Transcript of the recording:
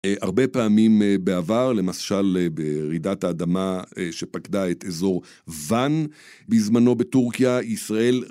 הרבה פעמים בעבר, למשל ברעידת האדמה שפקדה את אזור ון בזמנו בטורקיה, ישראל